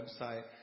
website